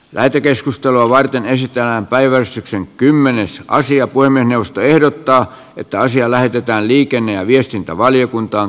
lähetekeskustelua varten esittää päivän syksyn kymmenessä asiat voimin puhemiesneuvosto ehdottaa että asia lähetetään liikenne ja viestintävaliokuntaan